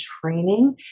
training